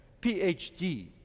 PhD